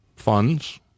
funds